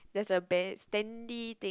there's a bear standing thing